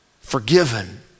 forgiven